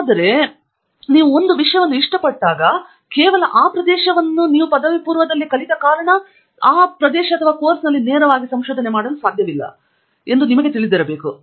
ಆದ್ದರಿಂದ ನೀವು ಒಂದು ವಿಷಯವನ್ನು ಇಷ್ಟಪಡುತ್ತಿದ್ದಾಗ ಕೇವಲ ಆ ಪ್ರದೇಶವನ್ನು ನೀವು ಪದವಿಪೂರ್ವದಲ್ಲಿ ಕಲಿತ ಕಾರಣ ಆ ಪ್ರದೇಶದಲ್ಲಿ ನೇರವಾಗಿ ಸಂಶೋಧನೆ ಮಾಡಲು ಸಾಧ್ಯವಿಲ್ಲ ಎಂದು ನಿಮಗೆ ತಿಳಿದಿರಬೇಕು